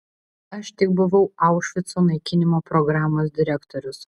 aš tik buvau aušvico naikinimo programos direktorius